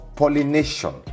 pollination